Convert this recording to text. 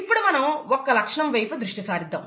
ఇప్పుడు మనం ఒక్క లక్షణం వైపు దృష్టి సారిద్దాం